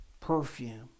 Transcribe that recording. perfume